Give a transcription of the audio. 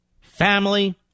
family